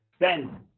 Ben